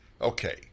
Okay